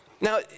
Now